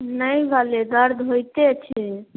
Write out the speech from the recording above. नहि भेलै दर्द होइते छै